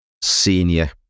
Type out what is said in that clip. senior